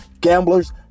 Gamblers